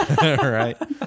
Right